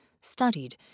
studied